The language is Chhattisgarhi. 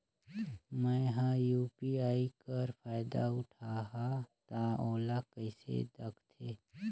मैं ह यू.पी.आई कर फायदा उठाहा ता ओला कइसे दखथे?